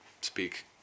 speak